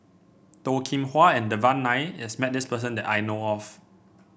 Toh Kim Hwa and Devan Nair is met this person that I know of